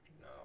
No